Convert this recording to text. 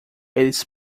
eles